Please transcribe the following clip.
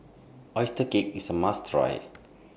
Oyster Cake IS A must Try